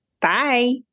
Bye